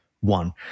one